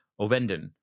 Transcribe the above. ovenden